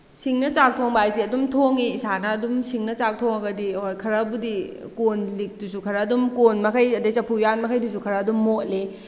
ꯁꯤꯡꯅ ꯆꯥꯛ ꯊꯣꯡꯕ ꯍꯥꯏꯁꯦ ꯑꯗꯨꯝ ꯊꯣꯡꯏ ꯏꯁꯥꯅ ꯑꯗꯨꯝ ꯁꯤꯡꯅ ꯆꯥꯛ ꯊꯣꯡꯉꯒꯗꯤ ꯍꯣꯏ ꯈꯔꯕꯨꯗꯤ ꯀꯣꯟꯂꯤꯛꯇꯨꯁꯨ ꯈꯔ ꯑꯗꯨꯝ ꯀꯣꯟ ꯃꯈꯩ ꯑꯗꯩ ꯆꯐꯨ ꯎꯌꯥꯟ ꯃꯈꯩꯗꯨꯁꯨ ꯈꯔ ꯑꯗꯨꯝ ꯃꯣꯠꯂꯤ